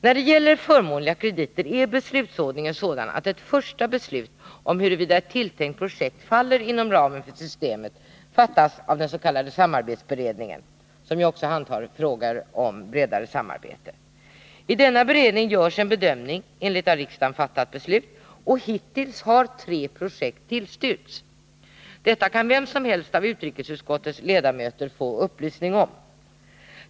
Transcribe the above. När det gäller förmånliga krediter är beslutsordningen sådan, att ett första beslut om huruvida ett tilltänkt projekt faller inom ramen för systemet fattas av dens.k. samarbetsberedningen, som ju också handhar frågor om bredare samarbete. I denna beredning görs en bedömning i enlighet med av riksdagen fattat beslut, och hittills har tre projekt tillstyrkts. Detta kan vem som helst av utrikesutskottets ledamöter få upplysning om.